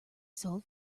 sold